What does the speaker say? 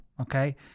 Okay